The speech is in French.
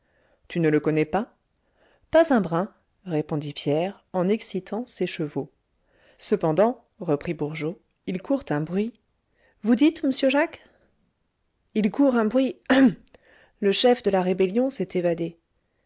tu ne le connais pas pas un brin répondit pierre en excitant ses chevaux cependant reprit bourgeot il court un bruit vous dites m'sieur jacques il court un bruit hum le chef de la rébellion s'est évadé